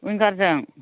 विंगारजों